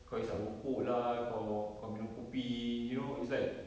kau hisap rokok lah kau kau minum kopi you know it's like